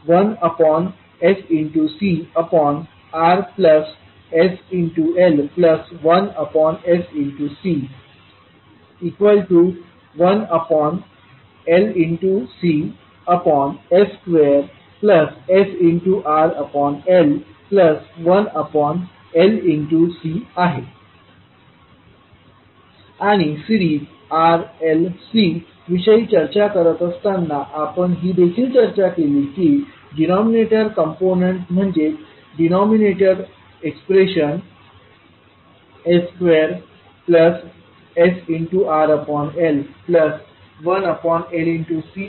आणि series R L C विषयी चर्चा करत असताना आपण ही देखील चर्चा केली की डिनॉमिनेटर कंपोनेंट म्हणजे डिनॉमिनेटर एक्सप्रेशन s2sRL1LC0 आहे